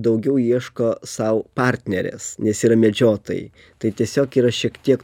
daugiau ieško sau partnerės nes yra medžiotojai tai tiesiog yra šiek tiek